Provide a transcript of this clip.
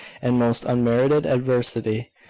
and most unmerited adversity,